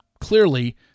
clearly